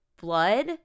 blood